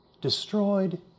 Destroyed